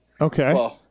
okay